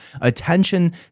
attention